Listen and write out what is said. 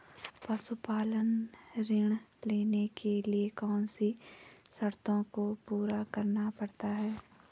पशुपालन ऋण लेने के लिए कौन सी शर्तों को पूरा करना पड़ता है?